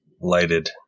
lighted